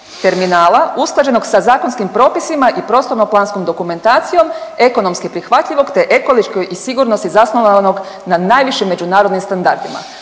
terminala usklađenog sa zakonskim propisima i prostorno planskom dokumentacijom, ekonomski prihvatljivog, te ekološki i sigurnosno zasnovanog na najvišim međunarodnim standardima.